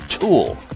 tool